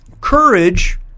Courage